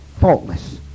faultless